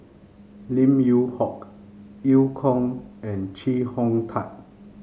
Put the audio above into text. Lim Yew Hock Eu Kong and Chee Hong Tat